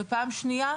פעם שנייה,